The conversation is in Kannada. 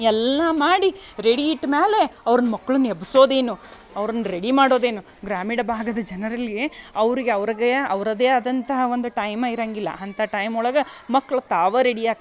ಎಲ್ಲ ಮಾಡಿ ರೆಡಿ ಇತ್ತು ಮೇಲೆ ಅವರ ಮಕ್ಳನ್ನು ಎಬ್ಸೋದು ಏನು ಅವ್ರನ್ನು ರೆಡಿ ಮಾಡೋದು ಏನು ಗ್ರಾಮೀಣ ಭಾಗದ ಜನರಲ್ಲಿ ಅವ್ರಿಗೆ ಅವ್ರಿಗೇ ಅವರದೇ ಆದಂತಹ ಒಂದು ಟೈಮೇ ಇರಂಗಿಲ್ಲ ಅಂಥ ಟೈಮ್ ಒಳಗೆ ಮಕ್ಕಳು ತಾವೇ ರೆಡಿ ಆಗ್ತಾರ